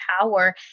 power